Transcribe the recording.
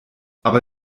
aber